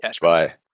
Bye